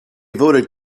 voted